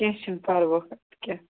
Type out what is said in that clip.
کینٛہہ چھُنہٕ پَروَاے ادٕکَیاہ